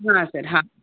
ಹಾಂ ಸರ್ ಹಾಂ